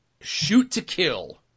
shoot-to-kill